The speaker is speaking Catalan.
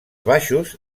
baixos